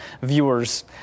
viewer's